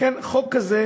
לכן, חוק כזה